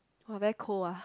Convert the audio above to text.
!wah! very cold ah